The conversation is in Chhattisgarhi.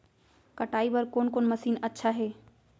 कटाई बर कोन कोन मशीन अच्छा हे?